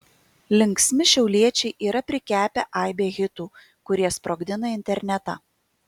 linksmi šiauliečiai yra prikepę aibę hitų kurie sprogdina internetą